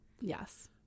Yes